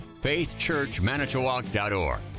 faithchurchmanitowoc.org